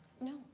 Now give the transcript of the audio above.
No